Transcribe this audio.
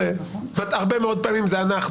הרבה פעמים זה אנחנו,